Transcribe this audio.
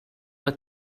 have